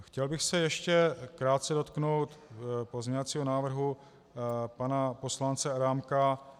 Chtěl bych se ještě krátce dotknout pozměňovacího návrhu pana poslance Adámka.